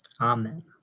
Amen